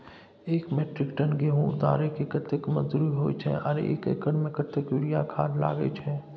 एक metric ton गेहूं उतारेके कतेक मजदूरी होय छै आर एक एकर में कतेक यूरिया खाद लागे छै?